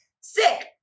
Sick